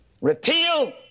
Repeal